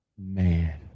Man